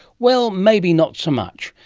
well, maybe not so much,